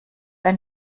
ein